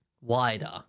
wider